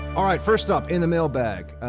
all right, first up in the mailbag,